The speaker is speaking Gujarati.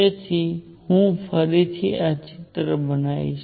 તેથી હું ફરીથી આ ચિત્ર બનાવીશ